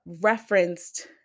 referenced